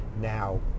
Now